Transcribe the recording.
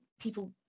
people